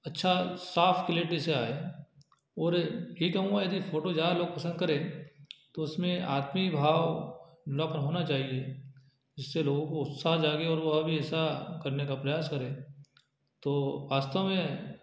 अच्छा साफ़ क्लेरिटी से आए और यह कहूँगा यदि फोटो ज़्यादा लोग पसंद करें तो उसमें आत्मीय भाव मतलब होना चाहिए जिससे लोगो को उत्साह जागे और वह भी ऐसा करने का प्रयास करे तो वास्तव में